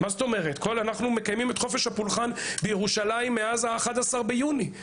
אנחנו מקיימים את חופש הפולחן בירושלים מאז ה-11.06.1967,